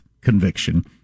conviction